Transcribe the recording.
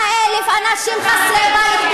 100,000 אנשי חסרי בית,